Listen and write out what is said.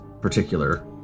particular